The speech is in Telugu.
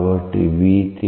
కాబట్టి v